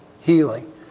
healing